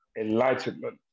enlightenment